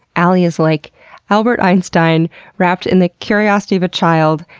alie is like albert einstein wrapped in the curiosity of a child,